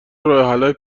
راهحلهای